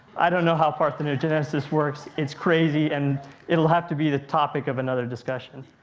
i don't know how parthenogenesis works. it's crazy. and it will have to be the topic of another discussion.